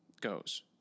goes